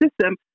system